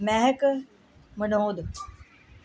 Mehak Vinod